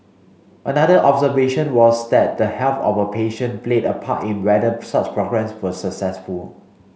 another observation was that the health of a patient played a part in whether such programmes were successful